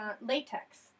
latex